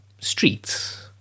streets